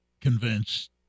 convinced